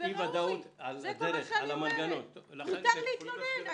מותר להתלונן.